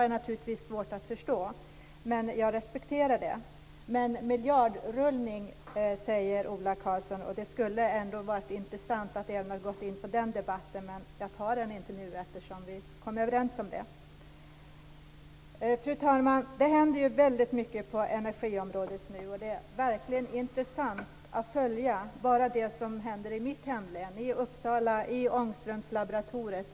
Jag har svårt att förstå varför, men jag respekterar det. Miljardrullning, säger Ola Karlsson. Det skulle vara intressant att gå in på den debatten, men jag tar den inte nu, eftersom vi kom överens om det. Fru talman! Det händer mycket på energiområdet nu. Det är intressant att följa det som händer i mitt hemlän Uppsala, i Ångströmslaboratoriet.